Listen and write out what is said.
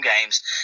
games